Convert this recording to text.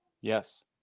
yes